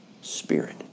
spirit